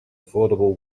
affordable